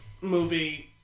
movie